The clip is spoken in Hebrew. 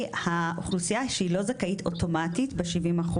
האוכלוסייה שהיא לא זכאית אוטומטית ב-70%.